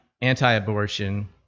anti-abortion